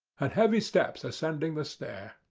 and heavy steps ascending the stair.